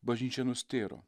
bažnyčia nustėro